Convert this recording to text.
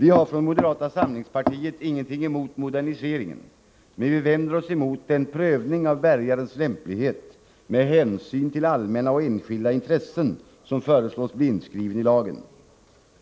Vi har från moderata samlingspartiet ingenting emot moderniseringen, men vi vänder oss emot den prövning av bärgarens lämplighet med hänsyn till allmänna och enskilda intressen som föreslås bli inskriven i lagen.